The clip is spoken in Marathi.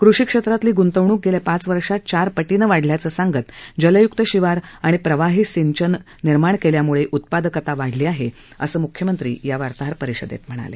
कृषी क्षेत्रातली ग्रंतवणूक गेल्या पाच वर्षात चार पटीनं वाढल्याचं सांगत जलय्क्त शिवार आणि प्रवाही सिंचन निर्माण केल्यामूळे उत्पादकता वाढली आहे असं म्ख्यमंत्री या वार्ताहर परिषदेत म्हणाले